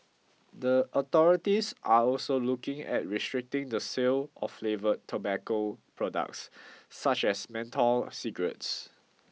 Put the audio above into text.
the authorities are also looking at restricting the sale of flavoured tobacco products such as menthol cigarettes